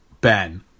Ben